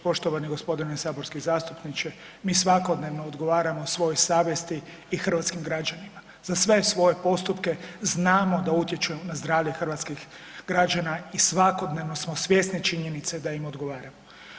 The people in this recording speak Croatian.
Poštovani gospodine saborski zastupniče, mi svakodnevno odgovaramo svojoj savjesti i hrvatskim građanima za sve svoje postupke znamo da utječu na zdravlje hrvatskih građana i svakodnevno smo svjesni činjenice da im odgovara.